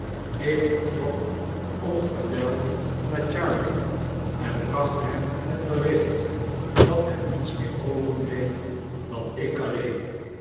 ik vertrok onverwyld naar charley en bracht hem het bericht dat hem niets meer overbleef dan ik alleen